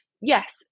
yes